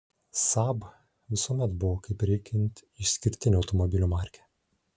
saab visuomet buvo kaip reikiant išskirtinė automobilių markė